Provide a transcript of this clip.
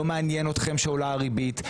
לא מעניין אתכם שהריבית עולה,